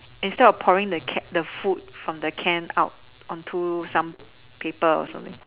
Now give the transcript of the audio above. instead of pouring the the food from the can out onto some paper or something